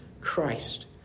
Christ